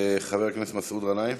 חבר הכנסת מסעוד גנאים,